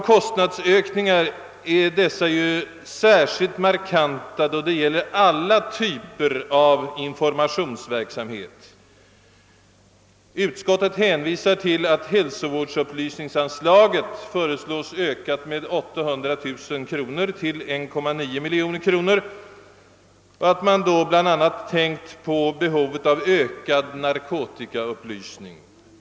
Kostnadsökningar är särskilt markanta när det gäller alla typer av informationsverksamhet på alla områden. Utskottet hänvisar nu till att hälsovårdsupplysningsanslaget föreslås ökat med 300 900 kronor till 1,9 miljon kronor och att man därvid bl.a. tänkt på behovet av ökad narkotikaupplysning.